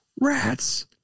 rats